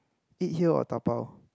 eat here or dabao